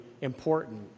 important